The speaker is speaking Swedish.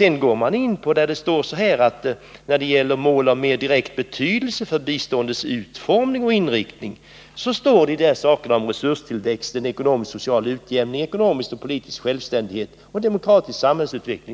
Man går i stället in på det som står senare om mål av mer direkt betydelse för biståndets utformning och inriktning, där det talas om resurstillväxt, ekonomisk och social utjämning, ekonomisk och politisk självständighet och en demokratisk samhällsutveckling.